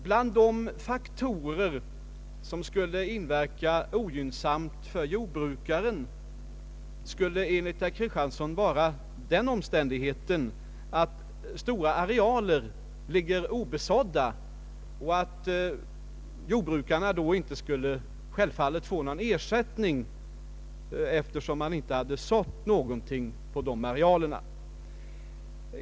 Bland de faktorer som kunde inverka ogynnsamt för jordbrukaren skulle enligt herr Kristiansson vara den omständigheten att stora arealer ligger obesådda och att jordbrukaren då självfallet inte kan få någon ersättning, eftersom han inte sått någonting på dessa arealer.